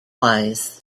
wise